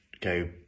go